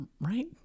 Right